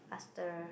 faster